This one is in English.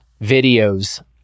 videos